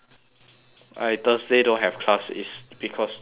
I thursday don't have class is because to work on that